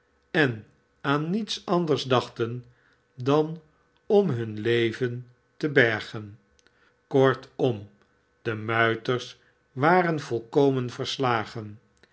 en aan niets anders dachten dan om hun leven te bergen kortom de muiters waren volkomen verslagen